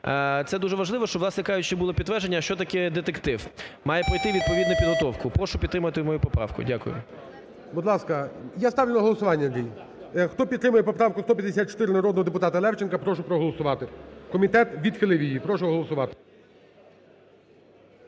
Це дуже важливо, щоб, власне кажучи, було підтвердження що таке детектив, має пройти відповідну підготовку? Прошу підтримати мою поправку. Дякую. ГОЛОВУЮЧИЙ. Будь ласка. Я ставлю на голосування, Андрій. Хто підтримує поправку 154 народного депутата Левченка, прошу проголосувати. Комітет відхилив її, прошу голосувати.